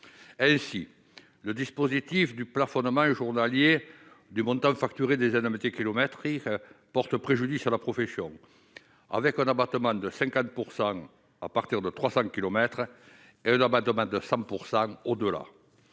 ainsi le dispositif du plafonnement journalier du montant facturé des anneaux métiers kilométrique porte préjudice à la profession, avec un abattement de 50 % à partir de 300 kilomètres dans demande de 5 % au-delà,